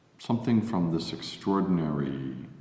something from this extraordinary